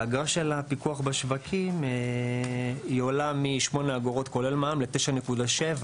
האגרה של הפיקוח בשווקים עולה מ-8 אגורות כולל מע"מ ל-9.7 אגורות.